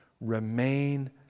remain